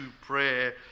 prayer